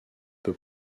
peu